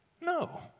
No